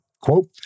Quote